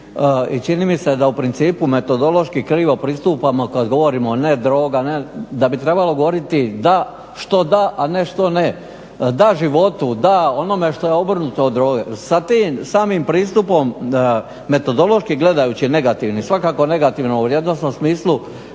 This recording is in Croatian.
i čini mi se da u principu metodološki krivo pristupamo kad govorimo ne droga, da bi trebalo govoriti da, što da, a ne što ne. Da životu, da onome što je obrnuto od droge. Sa tim samim pristupom metodološki gledajući je negativni, svakako negativno u vrijednosnom smislu